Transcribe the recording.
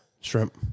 shrimp